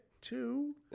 two